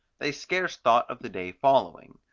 they scarce thought of the day following.